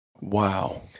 Wow